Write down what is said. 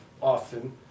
often